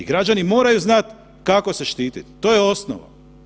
Građani moraju znati kako se štititi, to je osnova.